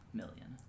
million